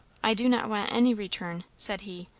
i do not want any return, said he.